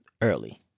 early